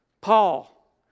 Paul